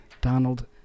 Donald